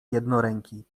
jednoręki